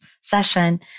session